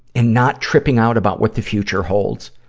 and not tripping out about what the future holds.